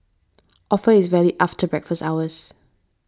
offer is valid after breakfast hours